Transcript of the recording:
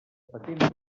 patents